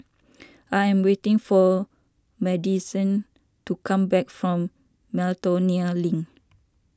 I am waiting for Madisyn to come back from Miltonia Link